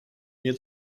nie